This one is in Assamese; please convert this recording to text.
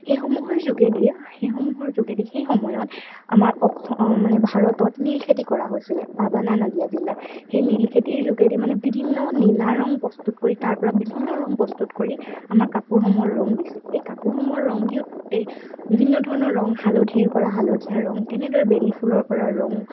সেইসমূহৰ যোগেদি সেইসমূহৰ যোগেদি সেই সময়ত আমাৰ অখ মানে ভাৰতত নীল খেতি কৰা হৈছিলে পাবানা নাদিয়া জিলা সেই নীল খেতিৰ যোগেদি মানে বিভিন্ন নীলা ৰং প্ৰস্তুত কৰি তাৰ পৰা বিভিন্ন ৰং প্ৰস্তুত কৰি আমাৰ কাপোৰসমূহ ৰং দিছিল এই কাপোৰসমূহ ৰং দিওঁতে বিভিন্ন ধৰণৰ ৰং হালধিৰ পৰা হালধীয়া ৰং তেনেদৰে বেলি ফুলৰ পৰা ৰং